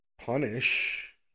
Punish